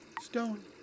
Stone